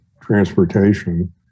transportation